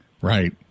Right